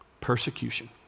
persecution